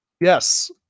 Yes